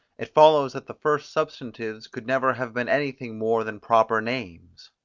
it follows that the first substantives could never have been anything more than proper names.